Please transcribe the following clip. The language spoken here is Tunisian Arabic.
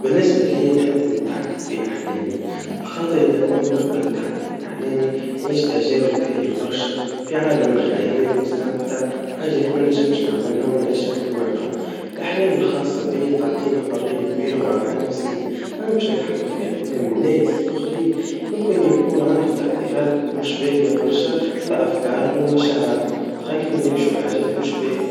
بالنسبا ليا نحبوتا نتحكم في أحلامي, على خاطر إذا كنا نقدر نتحكم في أحلامي, نعيش تجارب باهيا بارشا, في عالم الخيال, ونستمتع بحاجات مننجمش نعملها ونعيشها في الواقع, الاحلام الخاصا بيا تعطيني حريا كبيرا وراحا نفسيا, أما باش نتحكم في أحلام الناس الآخرين, ممكن يكون عنده تأثيرات مش باهيا برشا, ولأفكارهم ومشاعرهم, وتخليهم يعيشوا حاجات مش باهيا,